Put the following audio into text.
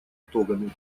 итогами